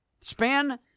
span